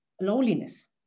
Loneliness